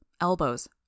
elbows